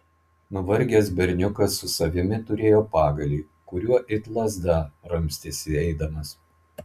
nuvargęs berniukas su savimi turėjo pagalį kuriuo it lazda ramstėsi eidamas